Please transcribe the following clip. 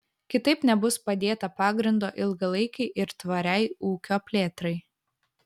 kitaip nebus padėta pagrindo ilgalaikei ir tvariai ūkio plėtrai